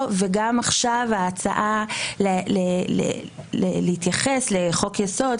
וגם עכשיו ההצעה להתייחס לחוק יסוד,